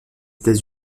états